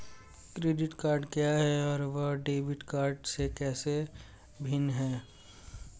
Credit card क्या है और यह डेबिट कार्ड से कैसे भिन्न है?